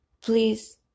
please